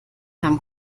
haben